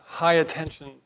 high-attention